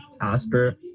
Asper